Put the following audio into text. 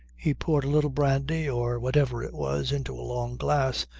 he poured a little brandy or whatever it was into a long glass,